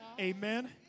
amen